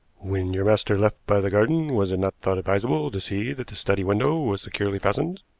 when your master left by the garden was it not thought advisable to see that the study window was securely fastened?